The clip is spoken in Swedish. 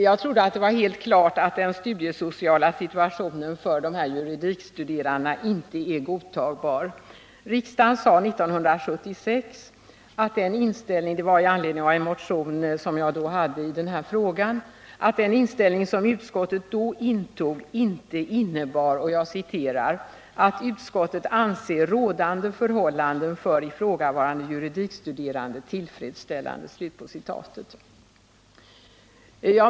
Jag trodde att det var helt klart att den studiesociala situationen för dessa juridikstuderande inte är godtagbar. Socialförsäkringsutskottet har 1976 i en av riksdagen antagen skrivning med anledning av en motion som jag då hade väckt i denna fråga sagt, att den inställning som utskottet då intog inte innebar ”att utskottet anser rådande förhållanden för ifrågavarande juridikstuderande tillfredsställande”.